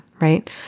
right